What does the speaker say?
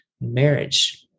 marriage